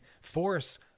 force